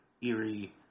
eerie